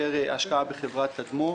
השקעה בחברת תדמור,